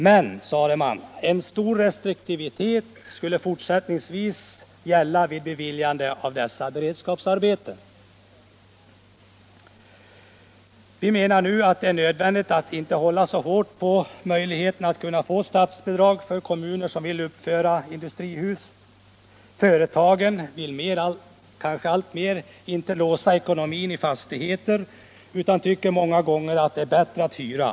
Men, sade man, stor restriktivitet skulle fortsättningsvis gälla vid beviljande av dessa beredskapsarbeten. Vi menar nu att det är nödvändigt att inte hålla så hårt på möjligheten för kommuner som vill uppföra industrihus att få statsbidrag. Företagen vill i alltmer ökad utsträckning inte låsa ekonomin i fastigheter utan tycker många gånger att det är bättre att hyra.